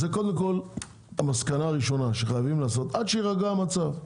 זו המסקנה הראשונה שחייבים לעשות עד שיירגע המצב.